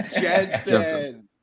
Jensen